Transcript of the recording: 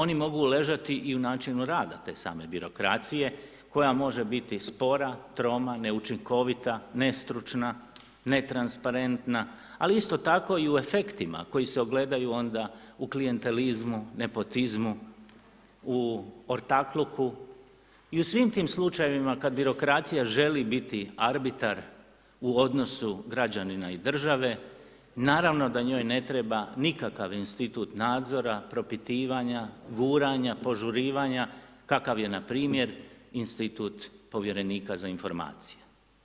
Oni mogu ležati i u načinu rada te same birokracije, koja može biti spora, troma, neučinkovita, nestručna, netransparentna, ali isto tako i u efektima koji se ogledaju onda u klijentelizmu, nepotizmu, u ortakluku i u svim tim slučajevima kad birokracija želi biti arbitar u odnosu građanina i države, naravno da njoj ne treba nikakav institut nadzora, propitivanja, guranja, požurivanja, kakav je na primjer institut Povjerenika za informacije.